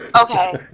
okay